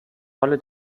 rolle